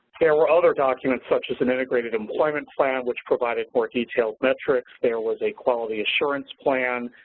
there were other documents such as an integrated employment plan which provided more detailed metrics, there was a quality assurance plan,